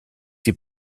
die